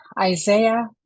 Isaiah